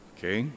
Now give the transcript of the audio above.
Okay